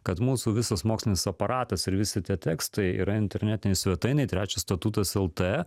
kad mūsų visas mokslinis aparatas ir visi tie tekstai yra internetinėj svetainėj trečias statutas lt